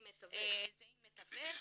עם מתווך,